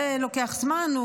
זה לוקח זמן,